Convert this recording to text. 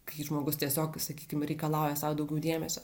kai žmogus tiesiog sakykim reikalauja sau daugiau dėmesio